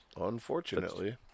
Unfortunately